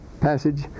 passage